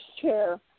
chair